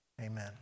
amen